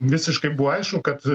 visiškai buvo aišku kad